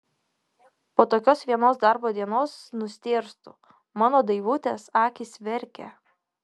po tokios vienos darbo dienos nustėrstu mano daivutės akys verkia